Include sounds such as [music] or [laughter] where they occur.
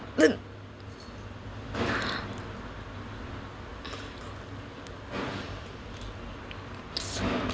[noise]